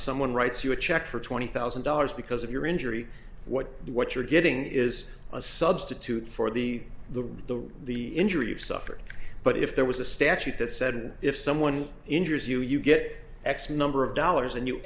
someone writes you a check for twenty thousand dollars because of your injury what what you're getting is a substitute for the the the injury of suffered but if there was a statute that said if someone injures you you get x number of dollars and you